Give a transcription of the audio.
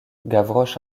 gavroche